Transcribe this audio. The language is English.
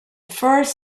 first